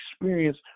experience